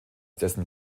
dessen